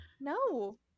No